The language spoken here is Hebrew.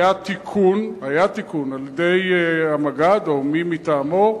היה תיקון על-ידי המג"ד או מי מטעמו,